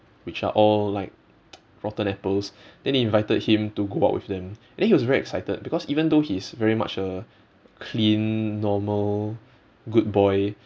which are all like rotten apples then they invited him to go out with them and then he was very excited because even though he's very much a clean normal good boy